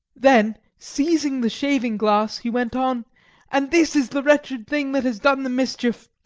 then seizing the shaving glass, he went on and this is the wretched thing that has done the mischief.